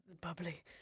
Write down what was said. Bubbly